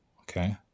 Okay